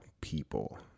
people